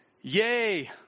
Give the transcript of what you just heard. yay